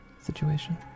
situation